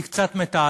היא קצת מתעתעת.